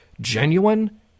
genuine